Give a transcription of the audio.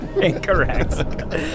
Incorrect